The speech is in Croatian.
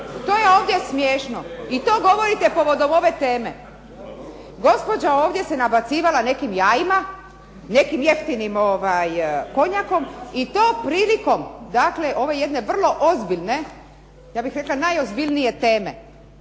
To je ovdje smiješno. I to govorite povodom ove teme. Gospođa ovdje se nabacivala nekim jajima, nekim jeftinim konjakom i to prilikom dakle ove jedne vrlo ozbiljne, ja bih rekla najozbiljnije teme,